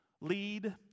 lead